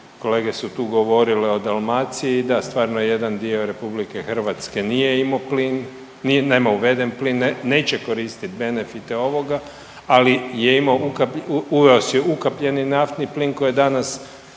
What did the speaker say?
kolege su tu govorile o Dalmaciji, da stvarno jedan dio RH nije imao plin, nema uveden plin, neće koristit benefite ovoga, ali je imao, uveo si ukapljeni naftni plin koji je danas